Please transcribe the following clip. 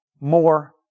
More